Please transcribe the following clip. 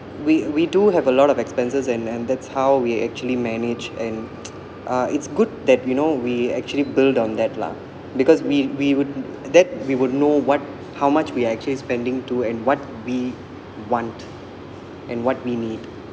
we we do have a lot of expenses and and that's how we actually manage and uh it's good that you know we actually build on that lah because we we would that we would know what how much we are actually spending to and what we want and what we need